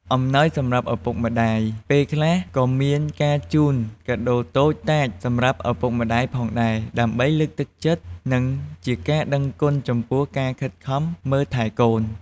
អំណោយសម្រាប់ឪពុកម្ដាយ: ពេលខ្លះក៏មានការជូនកាដូតូចតាចសម្រាប់ឪពុកម្តាយផងដែរ ដើម្បីលើកទឹកចិត្ត និងជាការដឹងគុណចំពោះការខិតខំមើលថែកូន។